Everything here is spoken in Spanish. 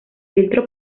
filtro